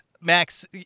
Max